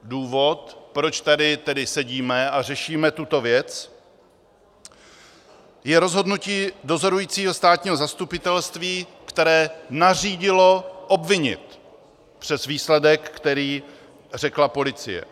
Důvod, proč tady tedy sedíme a řešíme tuto věc, je rozhodnutí dozorujícího státního zastupitelství, které nařídilo obvinit, i přes výsledek, který řekla policie.